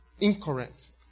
incorrect